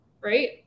right